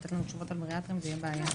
תרופתיות ודרכים לטיפול בעודף משקל.